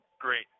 Great